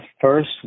first